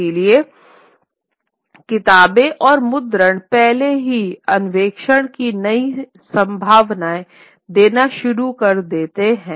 इसलिए किताबें और मुद्रण पहले ही अन्वेषण की नई संभावनाएं देना शुरू कर देते हैं